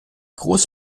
groß